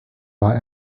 war